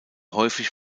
häufig